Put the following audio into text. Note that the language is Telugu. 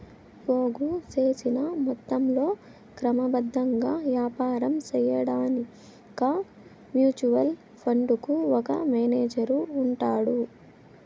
పోగు సేసిన మొత్తంలో క్రమబద్ధంగా యాపారం సేయడాన్కి మ్యూచువల్ ఫండుకు ఒక మేనేజరు ఉంటాడు